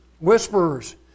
Whisperers